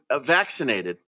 vaccinated